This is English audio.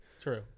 True